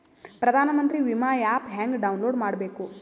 ಪ್ರಧಾನಮಂತ್ರಿ ವಿಮಾ ಆ್ಯಪ್ ಹೆಂಗ ಡೌನ್ಲೋಡ್ ಮಾಡಬೇಕು?